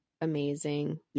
amazing